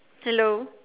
hello